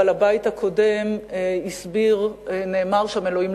אבל בבית הקודם שם נאמר: "אלוהים,